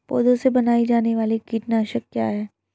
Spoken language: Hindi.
पौधों से बनाई जाने वाली कीटनाशक क्या है?